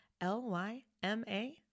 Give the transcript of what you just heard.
L-Y-M-A